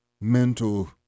mental